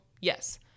yes